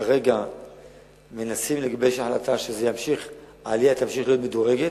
כרגע מנסים לגבש החלטה שהעלייה תמשיך להיות מדורגת.